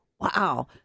wow